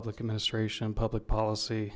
public administration public policy